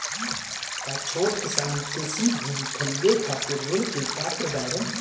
का छोट किसान कृषि भूमि खरीदे खातिर ऋण के पात्र बाडन?